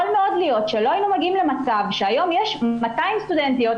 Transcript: יכול להיות שלא היינו מגיעים למצב שבו יש היום 200 סטודנטיות